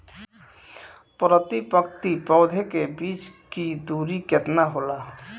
प्रति पंक्ति पौधे के बीच की दूरी केतना होला?